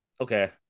Okay